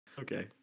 Okay